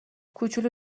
کوچولو